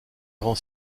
grand